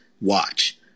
watch